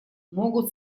могут